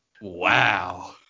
Wow